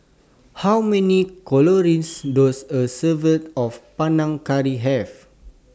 How Many Calories Does A Serving of Panang Curry Have